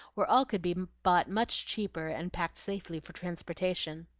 where all could be bought much cheaper and packed safely for transportation.